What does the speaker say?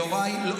יוראי, לא.